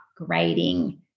upgrading